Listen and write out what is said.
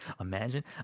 imagine